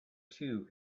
two